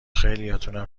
خیلیاتونم